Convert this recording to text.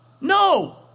No